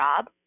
job